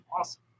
awesome